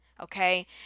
Okay